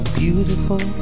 beautiful